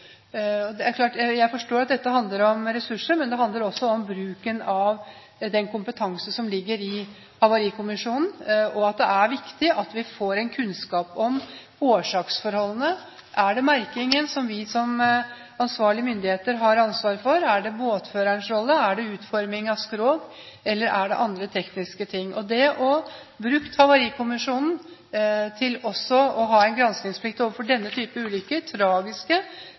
og død. Det er klart at jeg forstår at dette handler om ressurser, men det handler også om bruken av den kompetansen som ligger i Havarikommisjonen, og at det er viktig at vi får kunnskap om årsaksforholdene: Er det merkingen vi som ansvarlige myndigheter har ansvaret for? Er det båtførerens rolle? Er det utformingen av skrog, eller er det andre tekniske ting? Det å kunne ha brukt Havarikommisjonen, at den hadde hatt granskingsplikt også overfor denne type ulykker – tragiske